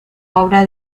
obra